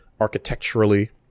architecturally